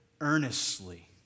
earnestly